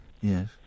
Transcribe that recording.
Yes